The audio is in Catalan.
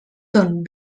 són